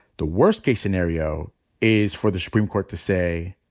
the worst-case scenario is for the supreme court to say,